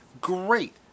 Great